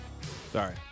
Sorry